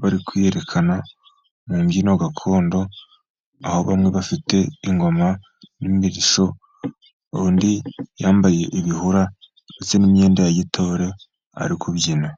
bari kwiyerekana mu mbyino gakondo, aho bamwe bafite ingoma n'imirishyo, undi yambaye ibihura, ndetse n'imyenda ya gitore ari kubyina.